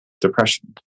Depression